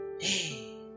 Hey